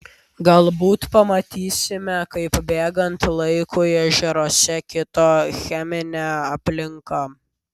galbūt pamatysime kaip bėgant laikui ežeruose kito cheminė aplinka